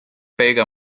pega